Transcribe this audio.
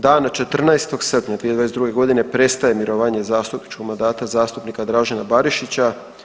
Dana 14. srpnja 2022. godine prestaje mirovanje zastupničkog mandata zastupnika Dražena Barišića.